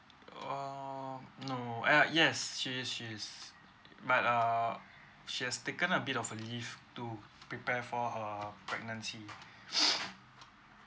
um no uh yes she is she is but err she has taken a bit of her leave to prepare for her pregnancy